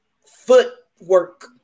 footwork